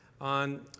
on